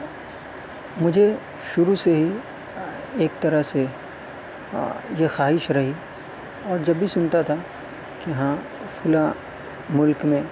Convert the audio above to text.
مجھے شروع سے ہی ایک طرح سے یہ خواہش رہی اور جب بھی سنتا تھا کہ ہاں فلاں ملک میں